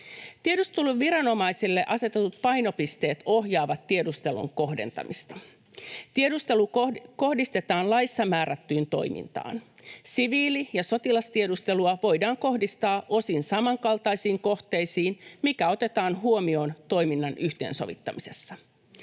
Tiedusteluviranomaisille asetetut painopisteet ohjaavat tiedustelun kohdentamista. Tiedustelu kohdistetaan laissa määrättyyn toimintaan. Siviili- ja sotilastiedustelua voidaan kohdistaa osin samankaltaisiin kohteisiin, mikä otetaan huomioon toiminnan yhteensovittamisessa.